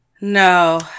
no